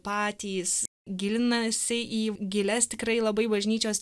patys gilinasi į gilias tikrai labai bažnyčios